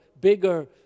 bigger